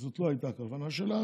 כי זאת לא הייתה הכוונה שלה,